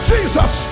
Jesus